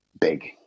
big